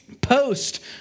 post